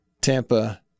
Tampa